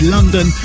London